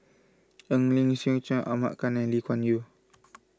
Eng Lee Seok Chee Ahmad Khan and Lee Kuan Yew